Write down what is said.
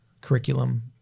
curriculum